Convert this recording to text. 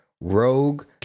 Rogue